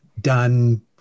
done